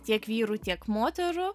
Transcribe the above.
tiek vyrų tiek moterų